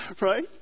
Right